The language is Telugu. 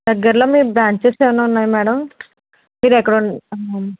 దగ్గరలో మీ బ్రాంచెస్ ఏమైనా ఉన్నాయా మేడమ్ మీరు ఎక్కడ